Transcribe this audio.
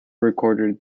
recorded